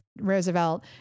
roosevelt